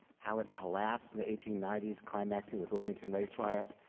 how it collapsed in the eighteen ninety s, climaxing with the wilmington race riot,